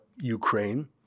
Ukraine